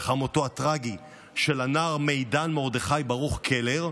לאחר מותו הטרגי של הנער מידן מרדכי ברוך קלר,